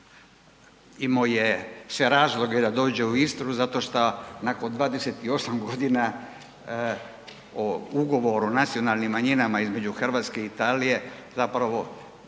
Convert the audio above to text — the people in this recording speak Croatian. imao sve razloge da dođe u Istru zato šta nakon 28 godina o Ugovoru o nacionalnim manjinama između Hrvatske i Italije zapravo u većem